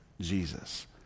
Jesus